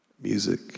Music